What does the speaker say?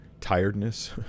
tiredness